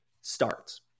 starts